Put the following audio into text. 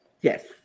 Yes